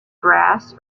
brass